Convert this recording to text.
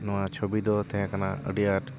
ᱱᱚᱣᱟ ᱪᱷᱩᱵᱤ ᱫᱚ ᱛᱟᱦᱮᱸ ᱠᱟᱱᱟ ᱟᱹᱰᱤ ᱟᱴ